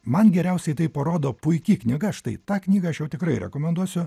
man geriausiai tai parodo puiki knyga štai tą knygą aš jau tikrai rekomenduosiu